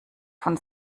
von